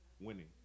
winning